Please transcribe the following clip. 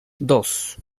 dos